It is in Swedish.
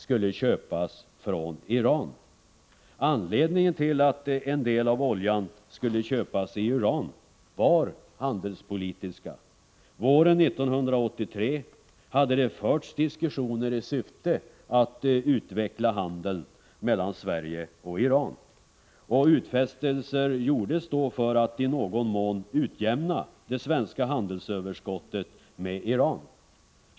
skulle inköpas från Iran. Skälen till att en del av oljan skulle köpas i Iran var handelspolitiska. Våren 1983 hade diskussioner förts i syfte att utveckla handeln mellan Sverige och Iran. Utfästelser gjordes då för att i någon mån utjämna det svenska handelsöverskottet gentemot Iran.